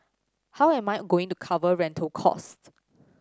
how am I going to cover rental cost